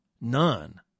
None